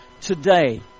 today